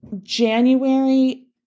January